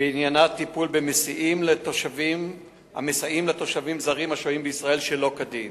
ועניינה טיפול במסייעים לתושבים זרים השוהים בישראל שלא כדין.